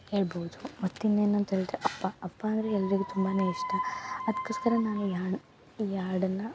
ಹೇಳ್ಬೋದು ಮತ್ತು ಇನ್ನೇನು ಅಂತ ಹೇಳಿದ್ರೆ ಅಪ್ಪ ಅಪ್ಪ ಅಂದರೆ ಎಲ್ಲರಿಗು ತುಂಬಾನೇ ಇಷ್ಟ ಅದ್ಕೋಸ್ಕರ ನಾನು ಈ ಆಡ್ ಈ ಹಾಡನ್ನ